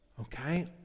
Okay